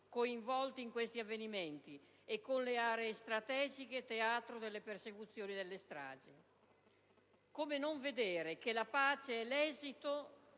coinvolti in questi avvenimenti e con le aree strategiche teatro delle persecuzioni e delle stragi. Come non vedere che la pace è l'esito,